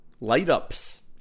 Light-ups